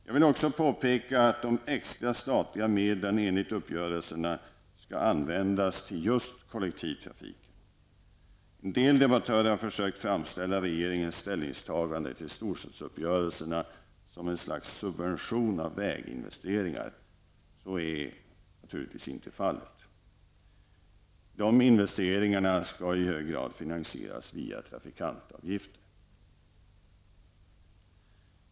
Jag vill också påpeka att de extra statliga medlen enligt uppgörelserna skall användas till just kollektivtrafiken. En del debattörer har försökt framställa regeringens ställningstagande till storstadsuppgörelsena som ett slags subvention av väginvesteringar. Så är naturligtvis inte fallet. Dessa investeringar skall i hög grad finansieras via trafikantavgifter.